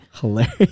Hilarious